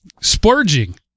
splurging